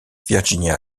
virginia